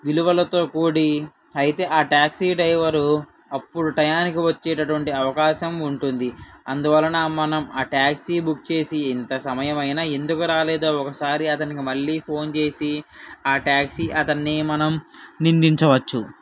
విలువలతో కూడి అయితే ఆ ట్యాక్సీ డ్రైవరు అప్పుడు టయానికి వచ్చేటటువంటి అవకాశం ఉంటుంది అందువలన మనం ఆ ట్యాక్సీ బుక్ చేసి ఎంత సమయం అయినా ఎందుకు రాలేదో ఒకసారి అతనికి మళ్ళీ ఫోన్ చేసి ఆ ట్యాక్సీ అతన్ని మనం నిందించవచ్చు